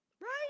Right